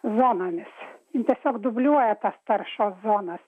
zonomis ir tiesiog dubliuoja tas taršos zonas